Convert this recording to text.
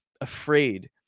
afraid